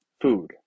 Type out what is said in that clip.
food